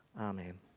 Amen